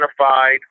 identified